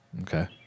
Okay